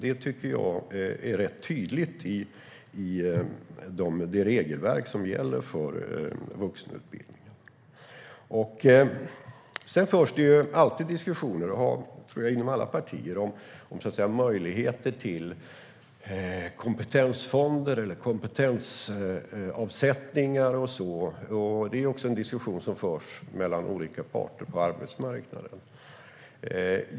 Det tycker jag är rätt tydligt i det regelverk som gäller för vuxenutbildningen. Sedan tror jag att det alltid förs diskussioner inom alla partier om möjligheter till kompetensfonder eller kompetensavsättningar och så vidare. Det är också en diskussion som förs mellan olika parter på arbetsmarknaden.